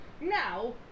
Now